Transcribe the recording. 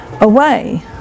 away